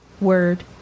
Word